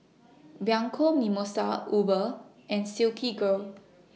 Bianco Mimosa Uber and Silkygirl